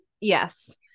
Yes